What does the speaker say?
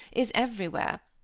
is everywhere.